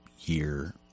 year